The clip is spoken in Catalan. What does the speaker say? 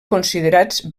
considerats